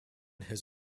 his